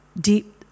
deep